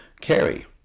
carry